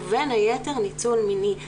ובין היתר ניצול מיני.